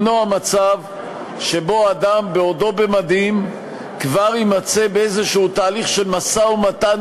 למנוע מצב שבו אדם בעודו במדים כבר יימצא באיזה תהליך של משא-ומתן